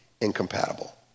Incompatible